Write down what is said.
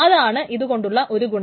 അതാണ് ഇതു കൊണ്ടുള്ള ഒരു ഗുണം